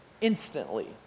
instantly